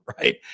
right